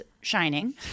shining